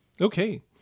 Okay